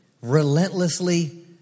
relentlessly